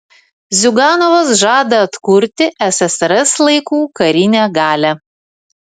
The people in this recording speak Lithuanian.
ziuganovas žada atkurti ssrs laikų karinę galią